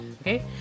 Okay